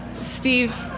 Steve